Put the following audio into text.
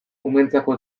umeentzako